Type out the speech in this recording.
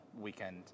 weekend